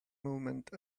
movement